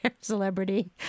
Celebrity